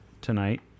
tonight